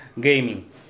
gaming